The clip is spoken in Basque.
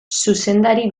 zuzendari